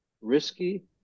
risky